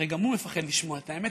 הרי גם הוא מפחד לשמוע את האמת,